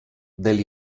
del